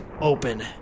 open